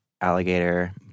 alligator